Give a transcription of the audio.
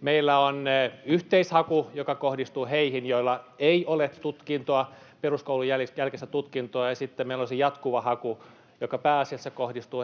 Meillä on yhteishaku, joka kohdistuu heihin, joilla ei ole peruskoulun jälkeistä tutkintoa, ja sitten meillä on se jatkuva haku, joka pääasiassa kohdistuu